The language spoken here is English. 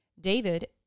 David